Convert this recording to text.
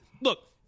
look